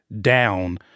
down